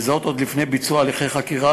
וזאת עוד לפני ביצוע הליכי חקירה,